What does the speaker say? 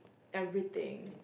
everything